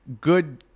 good